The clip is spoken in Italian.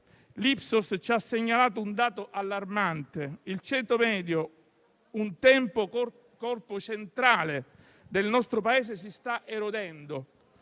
L'Ipsos ci ha segnalato un dato allarmante: il ceto medio, un tempo corpo centrale del nostro Paese, si sta erodendo;